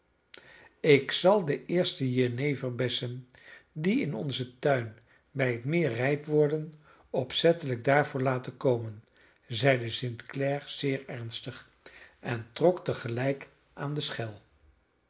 ik zal de eerste jeneverbessen die in onzen tuin bij het meer rijp worden opzettelijk daarvoor laten komen zeide st clare zeer ernstig en trok te gelijk aan de schel